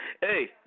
Hey